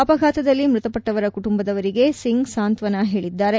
ಅಪಘಾತದಲ್ಲಿ ಮೃತಪಟ್ಟವರ ಕುಟುಂಬದವರಿಗೆ ಸಿಂಗ್ ಸಾಂತ್ವನ ಹೇಳಿದ್ದಾರೆ